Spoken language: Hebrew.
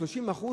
30%,